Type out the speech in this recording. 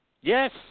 Yes